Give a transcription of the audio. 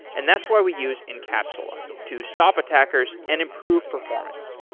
and that's why we use encapsula to stop attackers and improve performance.